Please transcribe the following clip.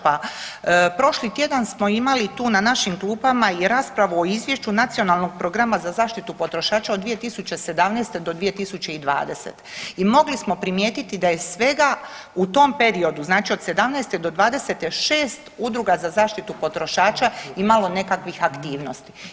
Pa prošli tjedan smo imali tu na našim klupama i raspravu o izvješću Nacionalnog programa za zaštitu potrošača od 2017. do 2020. i mogli smo primijetiti da je svega u tom periodu znači od '17. do '20. 6 udruga za zaštitu potrošača imalo nekakvih aktivnosti.